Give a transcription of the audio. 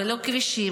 לא כבישים,